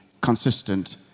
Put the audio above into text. consistent